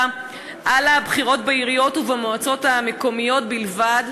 על הבחירות בעיריות ובמועצות המקומיות בלבד,